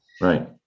right